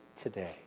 today